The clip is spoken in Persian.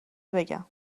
بگم